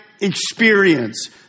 experience